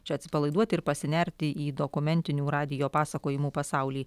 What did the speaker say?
čia atsipalaiduoti ir pasinerti į dokumentinių radijo pasakojimų pasaulį